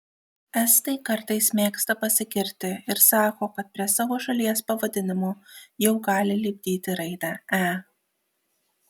estai kartais mėgsta pasigirti ir sako kad prie savo šalies pavadinimo jau gali lipdyti raidę e